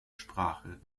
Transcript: sprache